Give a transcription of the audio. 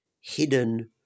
hidden